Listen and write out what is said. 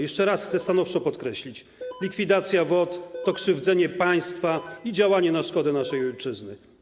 Jeszcze raz chcę stanowczo podkreślić: likwidacja WOT to krzywdzenie państwa i działanie na szkodę naszej ojczyzny.